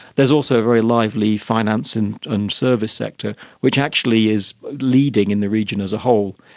there is also a very lively finance and and service sector which actually is leading in the region as a whole.